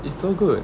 it's so good